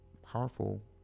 powerful